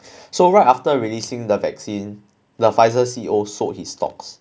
so right after releasing the vaccine the Pfizer C_E_O sold his stocks